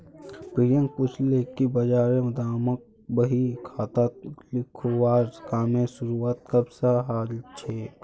प्रियांक पूछले कि बजारेर दामक बही खातात लिखवार कामेर शुरुआत कब स हलछेक